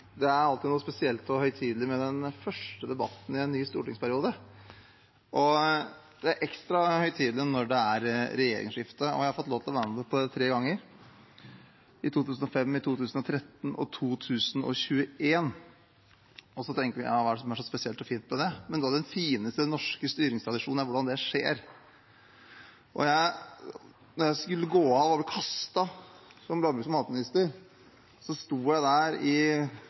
ekstra høytidelig når det er regjeringsskifte. Jeg har fått lov til å være med på det tre ganger: i 2005, i 2013 og i 2021. Og så tenker man: Hva er det som er så spesielt og fint med det? Jo, noe av det fineste med den norske styringstradisjonen er hvordan dette skjer. Da jeg skulle gå av og ble kastet som landbruks- og matminister, sto jeg der